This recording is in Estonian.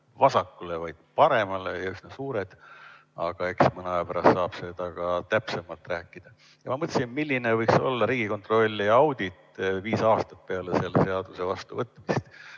vasakule, vaid paremale ja on üsna suured, aga eks mõne aja pärast saab seda ka täpsemalt rääkida. Ma mõtlesin, et milline võiks olla Riigikontrolli audit viis aastat peale selle seaduse vastuvõtmist,